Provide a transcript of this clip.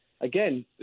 again